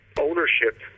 ownership